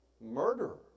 murderer